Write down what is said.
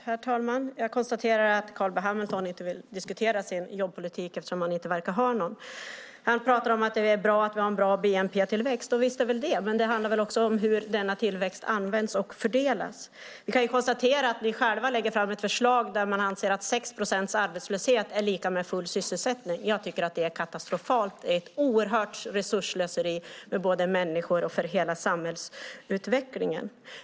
Herr talman! Jag konstaterar att Carl B Hamilton inte vill diskutera sin jobbpolitik eftersom han inte verkar ha någon. Han pratar om att det är bra att vi har en bra bnp-tillväxt. Visst är det bra. Men det handlar väl också om hur denna tillväxt används och fördelas? Vi kan konstatera att ni själva lägger fram ett förslag där ni anser att 6 procents arbetslöshet är lika med full sysselsättning. Jag tycker att det är katastrofalt. Det är ett oerhört resursslöseri med människor och för hela samhällsutvecklingen.